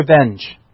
revenge